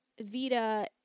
Vita